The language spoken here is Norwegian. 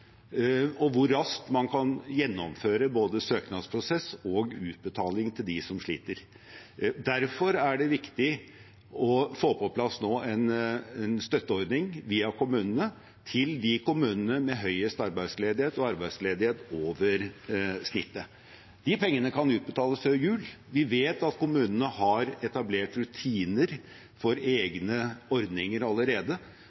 og hvor raskt man kan gjennomføre både søknadsprosess og utbetaling til dem som sliter. Derfor er det viktig nå å få på plass en støtteordning via kommunene til de kommunene med høyest arbeidsledighet og arbeidsledighet over snittet. De pengene kan utbetales før jul. Vi vet at kommunene har etablert rutiner for